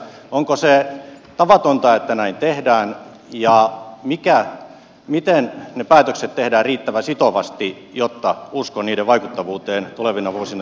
onko tavatonta että näin tehdään ja miten ne päätökset tehdään riittävän sitovasti jotta usko niiden vaikuttavuuteen tulevina vuosina säilyy